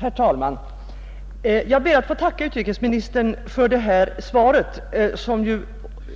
Herr talman! Jag ber att få tacka utrikesministern för detta svar, som ju